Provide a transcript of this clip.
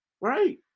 right